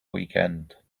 weekend